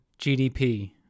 GDP